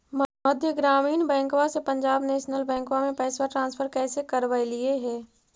मध्य ग्रामीण बैंकवा से पंजाब नेशनल बैंकवा मे पैसवा ट्रांसफर कैसे करवैलीऐ हे?